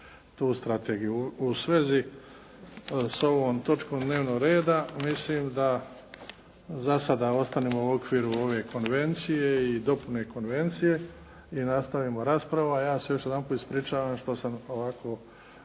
U svezi s ovom točkom dnevnog reda mislim da za sada ostanemo u okviru ove konvencije i dopune konvencije i nastavimo raspravu. A ja se još jedanput ispričavam što sam ovako